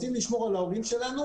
רוצים לשמור על ההורים שלנו,